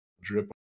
drip